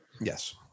Yes